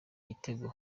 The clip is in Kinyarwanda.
gitego